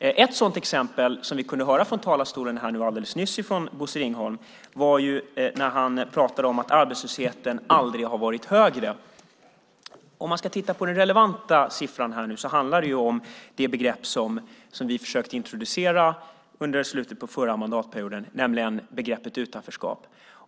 Ett sådant exempel som vi kunde höra från talarstolen alldeles nyss från Bosse Ringholm var när han pratade om att arbetslösheten aldrig har varit högre. Om man ska titta på den relevanta siffran handlar det om det begrepp som vi försökte introducera i slutet av förra mandatperioden, nämligen begreppet utanförskap.